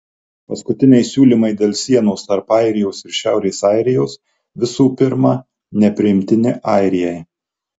paskutiniai siūlymai dėl sienos tarp airijos ir šiaurės airijos visų pirma nepriimtini airijai